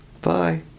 Bye